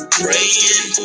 praying